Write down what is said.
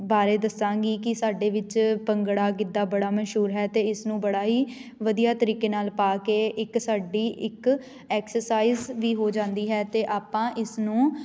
ਬਾਰੇ ਦੱਸਾਂਗੀ ਕਿ ਸਾਡੇ ਵਿੱਚ ਭੰਗੜਾ ਗਿੱਧਾ ਬੜਾ ਮਸ਼ਹੂਰ ਹੈ ਅਤੇ ਇਸ ਨੂੰ ਬੜਾ ਹੀ ਵਧੀਆ ਤਰੀਕੇ ਨਾਲ਼ ਪਾ ਕੇ ਇੱਕ ਸਾਡੀ ਇੱਕ ਐਕਸਰਸਾਈਜ਼ ਵੀ ਹੋ ਜਾਂਦੀ ਹੈ ਅਤੇ ਆਪਾਂ ਇਸ ਨੂੰ